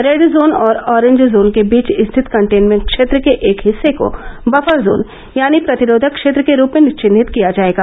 red zone और orange zone के बीच स्थित कंटेन्मेंट क्षेत्र के एक हिस्से को बफर जोन यानी प्रतिरोधक क्षेत्र के रूप में चिन्हित किया जाएगा